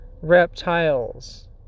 reptiles